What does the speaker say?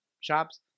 shops